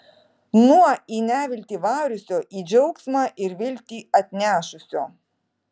nuo į neviltį variusio į džiaugsmą ir viltį atnešusio